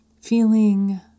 feeling